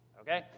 okay